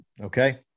Okay